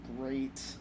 great